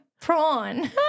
prawn